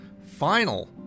final